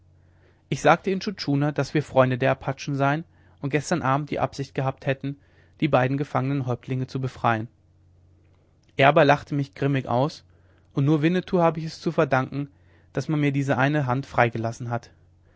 ich sagte intschu tschuna daß wir freunde der apachen seien und gestern abend die absicht gehabt hätten die beiden gefangenen häuptlinge zu befreien er aber lachte mich grimmig aus und nur winnetou habe ich es zu verdanken daß man mir diese eine hand freigelassen hat